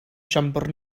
siambr